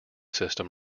system